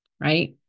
Right